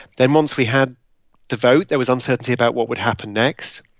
then once we had the vote, there was uncertainty about what would happen next.